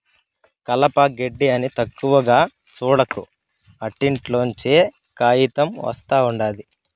కలప, గెడ్డి అని తక్కువగా సూడకు, ఆటిల్లోంచే కాయితం ఒస్తా ఉండాది